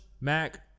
Mac